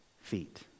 feet